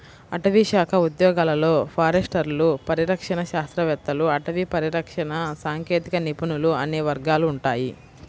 అటవీశాఖ ఉద్యోగాలలో ఫారెస్టర్లు, పరిరక్షణ శాస్త్రవేత్తలు, అటవీ పరిరక్షణ సాంకేతిక నిపుణులు అనే వర్గాలు ఉంటాయి